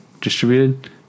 Distributed